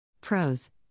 Pros